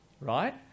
right